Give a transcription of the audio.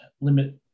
limit